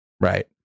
Right